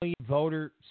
voter